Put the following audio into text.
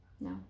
No